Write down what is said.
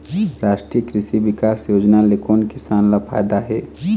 रास्टीय कृषि बिकास योजना ले कोन किसान ल फायदा हे?